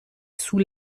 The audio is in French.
sous